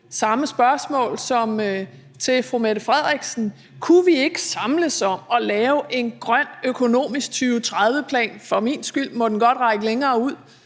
samme spørgsmål som til fru Mette Frederiksen: Kunne vi ikke samles om at lave en grøn økonomisk 2030-plan? For min skyld må den godt række længere ud.